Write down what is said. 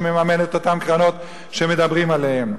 שמממן את אותן קרנות שמדברים עליהן.